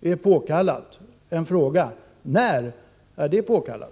är påkallat ”nu”, En fråga: När är det påkallat?